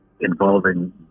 involving